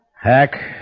Hack